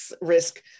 risk